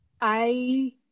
I-